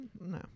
no